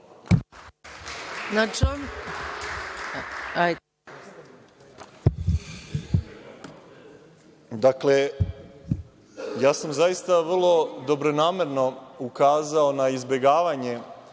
Dakle, ja sam vrlo dobronamerno ukazao na izbegavanje